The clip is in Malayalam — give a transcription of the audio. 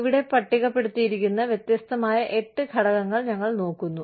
ഇവിടെ പട്ടികപ്പെടുത്തിയിരിക്കുന്ന വ്യത്യസ്തമായ 8 ഘടകങ്ങൾ ഞങ്ങൾ നോക്കുന്നു